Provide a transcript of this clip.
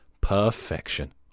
Perfection